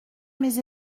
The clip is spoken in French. mes